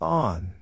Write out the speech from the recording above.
on